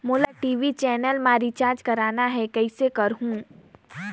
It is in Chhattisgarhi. मोला टी.वी चैनल मा रिचार्ज करना हे, कइसे करहुँ?